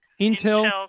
Intel